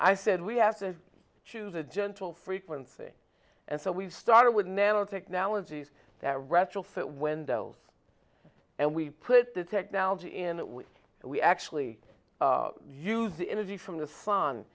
i said we have to choose a gentle frequency and so we've started nanotechnologies that retrofit wendell's and we put the technology in which we actually use the energy from the sun